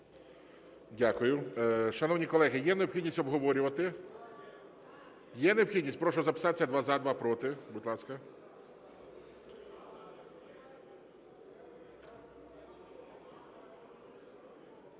Дякую. Шановні колеги, є необхідність обговорювати? Є необхідність? Прошу записатися: два – за, два – проти, будь ласка.